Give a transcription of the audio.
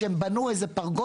יש לו דלא-ניידי שערכו יעלה.